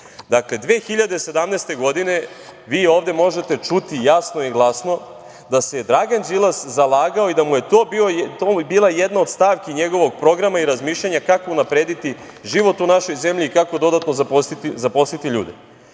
2017. godine vi ovde možete čuti jasno i glasno da se Dragan Đilas zalagao i da mu je to bila jedna od stavki njegovog programa i razmišljanja kako unaprediti život u našoj zemlji i kako dodatno zaposliti ljude. Godine